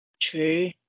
true